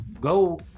Go